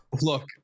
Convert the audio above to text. look